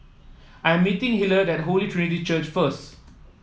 I'm meeting Hilliard at Holy Trinity Church first